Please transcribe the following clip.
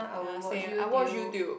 ya sleep and I watch YouTube